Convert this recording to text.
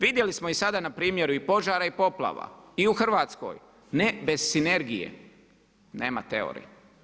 Vidjeli smo i sada na primjeru i požare i poplave i u Hrvatskoj, ne bez sinergije, nema teorije.